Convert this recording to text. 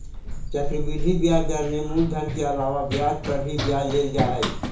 चक्रवृद्धि ब्याज दर में मूलधन के अलावा ब्याज पर भी ब्याज लेल जा हई